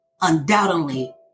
undoubtedly